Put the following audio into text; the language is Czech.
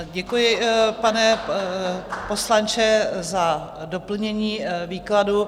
Děkuji, pane poslanče, za doplnění výkladu.